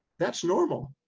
that's normal.